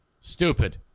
Stupid